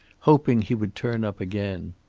hoping he would turn up again.